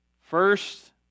first